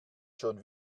schon